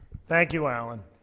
thank you, allan.